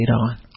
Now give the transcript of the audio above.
on